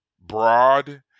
broad